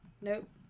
Nope